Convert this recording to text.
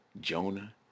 Jonah